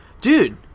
Dude